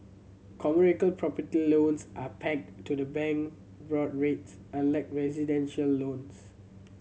property loans are pegged to the bank board rates unlike residential loans